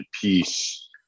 peace